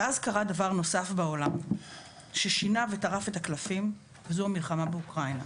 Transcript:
אז קרה דבר נוסף בעולם ששינה וטרף את הקלפים וזו המלחמה באוקראינה,